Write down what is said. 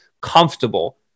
comfortable